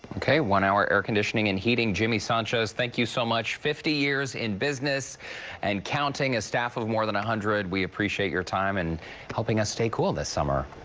one hour air conditioning and heating, jimmy sanchez, thank you so much. fifty years in business and counting, a staff of more than a hundred. we appreciate your time and helping us stay cool this summer.